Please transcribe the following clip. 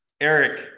Eric